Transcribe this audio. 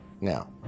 Now